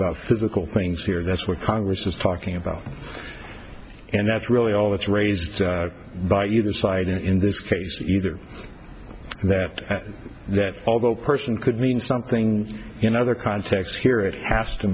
about physical things here that's what congress is talking about and that's really all that's raised by either side in this case either that that although person could mean something in other contexts here it has to